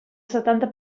setanta